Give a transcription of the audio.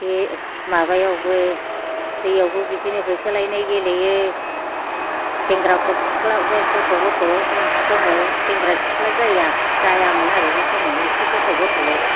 बे माबायावबो दैयावबो बिदिनो होसोलायनाय गेलेयो सेंग्राफोर सिख्लाफोर गथ' गथ' समाव सेंग्रा सिख्ला जायामोन आरो बे समाव एसे गथ' गथ'वाव